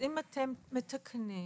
אם אתם מתקנים,